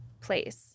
place